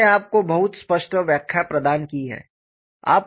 मैंने आपको बहुत स्पष्ट व्याख्या प्रदान की है